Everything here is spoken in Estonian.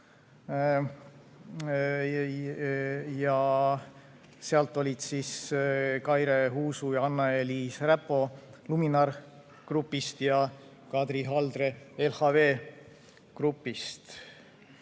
sealt olid Kaire Husu ja Anneliis Räpo Luminor Groupist ja Kadri Haldre LHV Groupist.